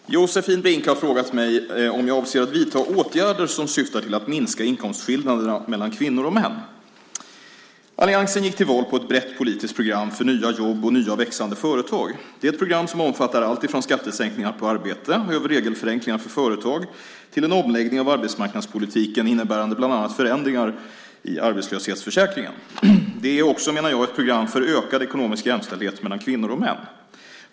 Fru talman! Josefin Brink har frågat mig om jag avser att vidta åtgärder som syftar till att minska inkomstskillnaderna mellan kvinnor och män. Alliansen gick till val på ett brett politiskt program för nya jobb och nya och växande företag. Det är ett program som omfattar allt från skattesänkningar på arbete över regelförenklingar för företag till en omläggning av arbetsmarknadspolitiken innebärande bland annat förändringar i arbetslöshetsförsäkringen. Det är också, menar jag, ett program för ökad ekonomisk jämställdhet mellan kvinnor och män.